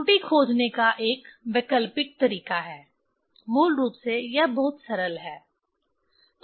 त्रुटि खोजने का एक वैकल्पिक तरीका है मूल रूप से यह बहुत सरल है